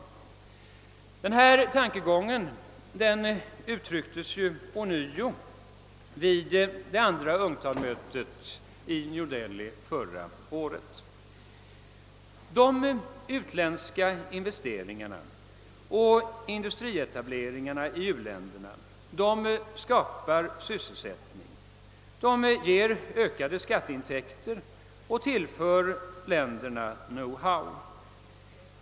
Samma tanke uttrycktes ånyo vid det andra UNCTAD-mötet, i New Dehli förra året. De utländska investeringarna och industrietableringarna i u-länderna skapar sysselsättning, de ger ökade skatteintäkter och tillför länderna knowhow.